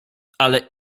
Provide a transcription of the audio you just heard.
ale